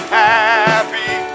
happy